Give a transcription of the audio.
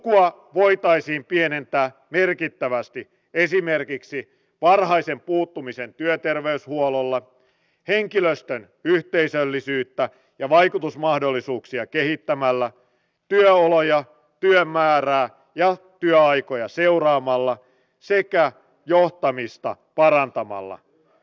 lukua voitaisiin pienentää merkittävästi esimerkiksi varhaisen puuttumisen työterveyshuollolla henkilöstön yhteisöllisyyttä ja vaikutusmahdollisuuksia kehittämällä työoloja työn määrää ja työaikoja seuraamalla sekä johtamista parantamalla